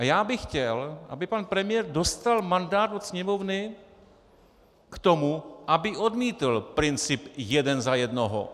Já bych chtěl, aby pan premiér dostal mandát od Sněmovny k tomu, aby odmítl princip jeden za jednoho.